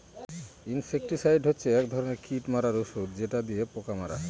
insecticide হচ্ছে এক ধরনের কীট মারার ঔষধ যেটা দিয়ে পোকা মারা হয়